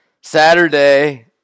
Saturday –